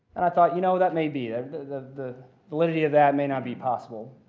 and i thought, you know, that may be. ah the the validity of that may not be possible.